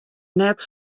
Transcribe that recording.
net